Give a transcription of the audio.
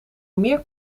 meer